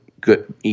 good